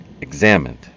examined